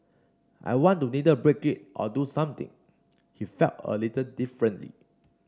I wanted to either break it or do something he felt a little differently